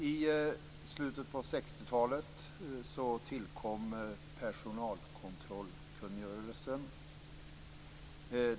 I slutet på 60-talet tillkom personalkontrollkungörelsen.